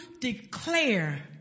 declare